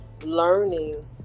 learning